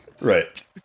Right